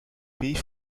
pays